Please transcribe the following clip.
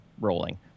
rolling